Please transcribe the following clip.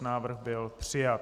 Návrh byl přijat.